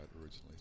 originally